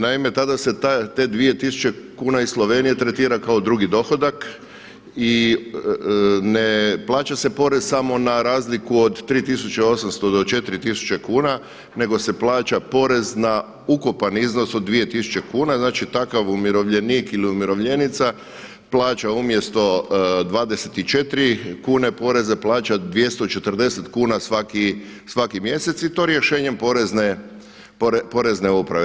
Naime, tada se te 2000 kuna iz Slovenije tretira kao drugi dohodak i ne plaća se porez samo na razliku od 3800 do 400 tisuće kuna nego se plaća porez na ukupan iznos od 2000 kuna, znači takav umirovljenik ili umirovljenica plaća umjesto 24 kune poreza, plaća 240 kuna svaki mjesec i to rješenjem porezne uprave.